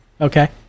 okay